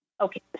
Okay